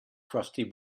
crusty